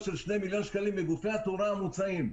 של 2 מיליון שקלים בגופי התאורה המוצעים.